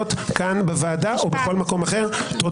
כאן בוועדה או בכל מקום אחר -- משפט,